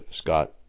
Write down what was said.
Scott